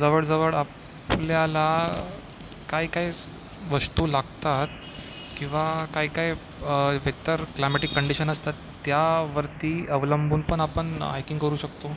जवळजवळ आपल्याला काही काही वस्तू लागतात किंवा काही काही एकतर क्लायमॅटिक कंडिशन असतात त्यावरती अवलंबून पण आपण हायकिंग करू शकतो